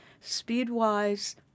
speed-wise